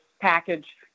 package